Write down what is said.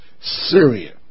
Syria